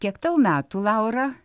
kiek tau metų laura